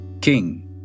king